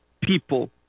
people